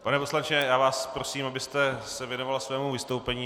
Pane poslanče, já vás prosím, abyste se věnoval svému vystoupení.